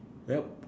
yup